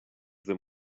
them